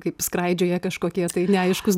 kaip skraidžioja kažkokie neaiškūs